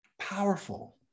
powerful